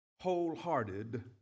wholehearted